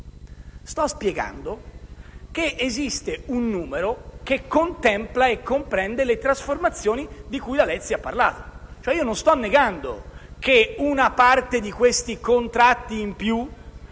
sto spiegando che esiste un numero che contempla e comprende le trasformazioni di cui la Lezzi ha parlato. Non sto negando che una parte di questi contratti in più